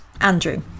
Andrew